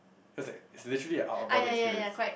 cause like it's literally out of our body experience